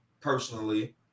Personally